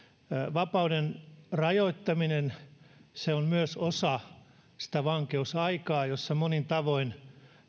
vapauden rajoittaminen on myös osa vankeusaikaa jossa monin tavoin